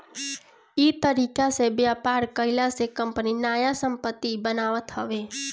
इ तरीका से व्यापार कईला से कंपनी नया संपत्ति बनावत हवे